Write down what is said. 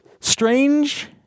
Strange